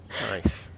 Nice